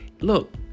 Look